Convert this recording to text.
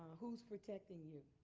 who's protecting you?